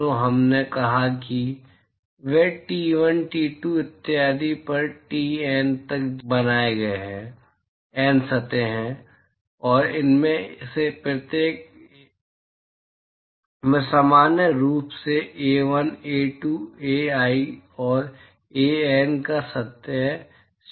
तो हमने कहा है कि वे टी 1 टी 2 इत्यादि पर टीएन तक बनाए गए हैं एन सतहें हैं और इनमें से प्रत्येक में सामान्य रूप से ए 1 ए 2 एआई और एएन का सतह क्षेत्र है